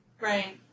Right